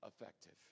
effective